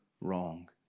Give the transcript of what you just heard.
wrong